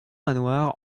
manoir